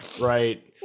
Right